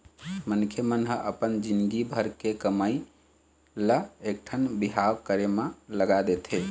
मनखे मन ह अपन जिनगी भर के कमई ल एकठन बिहाव करे म लगा देथे